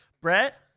Brett